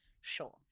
sure